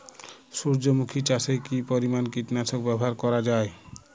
সূর্যমুখি চাষে কি পরিমান কীটনাশক ব্যবহার করা যায়?